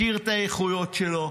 מכיר את האיכויות שלו,